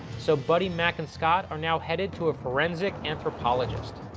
so buddy, mac and scott are now headed to a forensic anthropologist.